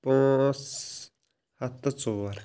پٲنٛژھ ہَتھ تہٕ ژور